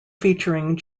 featuring